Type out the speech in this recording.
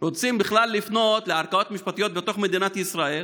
רוצים בכלל לפנות לערכאות משפטיות בתוך מדינת ישראל